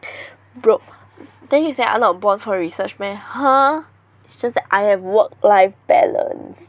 bro then you say I not born for research meh !huh! it's just that I have work life balance